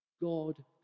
God